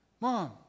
Mom